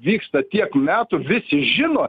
vyksta tiek metų visi žino